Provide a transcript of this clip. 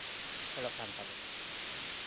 ᱯᱷᱮᱰᱚᱜ ᱠᱟᱱ ᱛᱟᱵᱚᱱᱟ